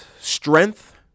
strength